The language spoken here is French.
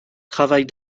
travaille